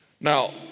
Now